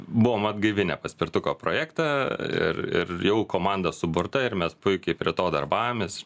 buvom atgaivinę paspirtuko projektą ir ir jau komanda suburta ir mes puikiai prie to darbavomės